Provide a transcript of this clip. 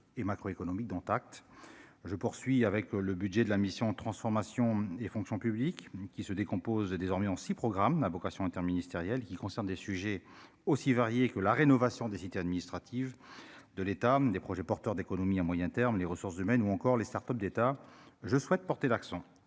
et macroéconomiques, dont acte, je poursuis avec le budget de la mission transformation et fonction publique qui se décompose, est désormais en 6 programmes n'a vocation interministérielle qui concernent des sujets aussi variés que la rénovation des cités administratives de l'État, des projets porteurs d'économie à moyen terme, les ressources humaines ou encore les Start-Up d'État je souhaite porter l'accent